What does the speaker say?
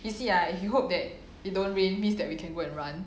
you see ah you hope that it don't rain means that we can go and run